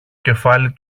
κεφάλι